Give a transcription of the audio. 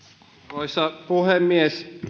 arvoisa puhemies